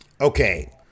Okay